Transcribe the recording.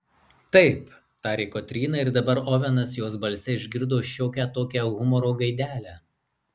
taip tarė kotryna ir dabar ovenas jos balse išgirdo šiokią tokią humoro gaidelę